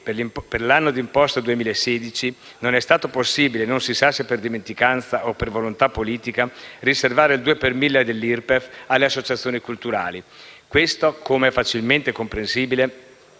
per l'anno d'imposta 2016, non è stato possibile, non si sa se per dimenticanza o per volontà politica, riservare il 2 per mille dell'IRPEF alle associazioni culturali. Questo, come è facilmente comprensibile,